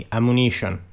Ammunition